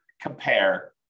compare